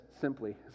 simply